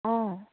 অঁ